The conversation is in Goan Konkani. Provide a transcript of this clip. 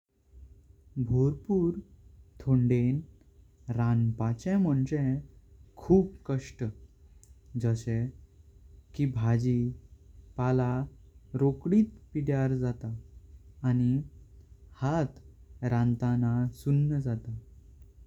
भरपूर थोंडांयां रांपाचे मांचें खूप कष्ट जासे की भाजी। फळ रोखदीच पीड्यार जाता आणि हाथ रांताना सून जाता।